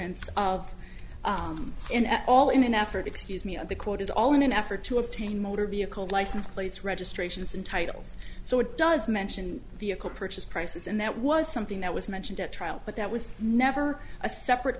of and all in an effort excuse me of the quote is all in an effort to obtain motor vehicle license plates registrations and titles so it does mention vehicle purchase prices and that was something that was mentioned at trial but that was never a separate